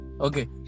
Okay